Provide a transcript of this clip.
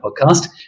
podcast